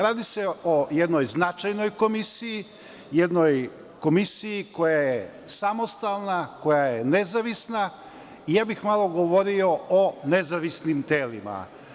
Radi se o jednoj značajnoj komisiji, jednoj komisiji koja je samostalna, koja je nezavisna i ja bih malo govorio o nezavisnim telima.